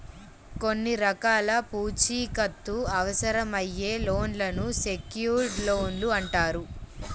కొన్ని రకాల పూచీకత్తు అవసరమయ్యే లోన్లను సెక్యూర్డ్ లోన్లు అంటారు